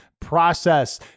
process